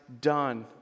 done